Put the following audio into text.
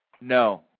No